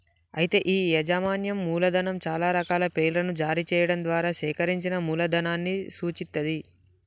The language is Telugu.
అయితే ఈ యాజమాన్యం మూలధనం చాలా రకాల పేర్లను జారీ చేయడం ద్వారా సేకరించిన మూలధనాన్ని సూచిత్తది